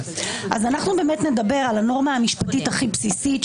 אז אנחנו באמת נדבר על הנורמה המשפטית הכי בסיסית,